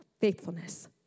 faithfulness